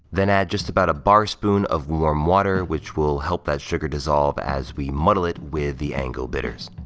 then add just about a bar spoon of warm water, which will help that sugar dissolve, as we muddle it with the ango bitters.